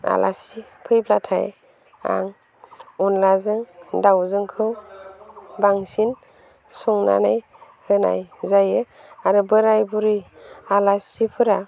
आलासि फैब्लाथाय आं अनलाजों दाउजोंखौ बांसिन संनानै होनाय जायो आरो बोराय बुरै आलासिफोरा